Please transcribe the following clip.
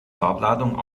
farbladung